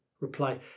reply